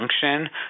function